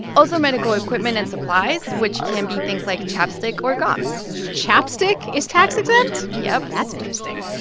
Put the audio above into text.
also medical equipment and supplies, which can be things like chapstick or gauze chapstick is tax-exempt? yup that's interesting.